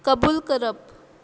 कबूल करप